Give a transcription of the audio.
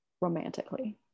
romantically